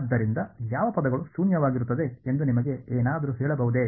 ಆದ್ದರಿಂದ ಯಾವ ಪದಗಳು ಶೂನ್ಯವಾಗಿರುತ್ತದೆ ಎಂದು ನಿಮಗೆ ಏನಾದರೂ ಹೇಳಬಹುದೇ